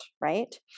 right